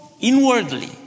inwardly